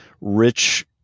rich